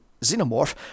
Xenomorph